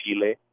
Chile